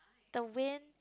the wind